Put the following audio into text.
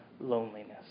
loneliness